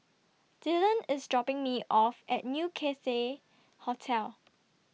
Dylan IS dropping Me off At New Cathay Hotel